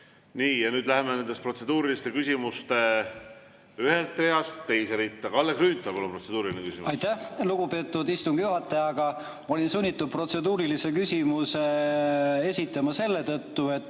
Nii, ja nüüd läheme nende protseduuriliste küsimustega ühest reast teise ritta. Kalle Grünthal, palun, protseduuriline! Aitäh, lugupeetud istungi juhataja! Ma olin sunnitud protseduurilise küsimuse esitama selle tõttu, et